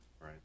Right